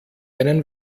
einen